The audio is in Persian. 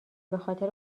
بخاطر